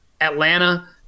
Atlanta